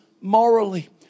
morally